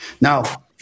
now